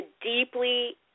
deeply